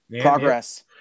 progress